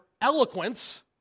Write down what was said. eloquence